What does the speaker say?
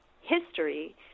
history